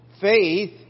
Faith